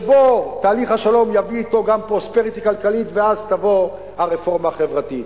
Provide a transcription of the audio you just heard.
לתהליך שלום שיביא אתו גם פרוספריטי כלכלי ואז תבוא הרפורמה החברתית.